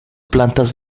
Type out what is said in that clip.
plantas